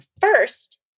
first